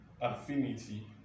affinity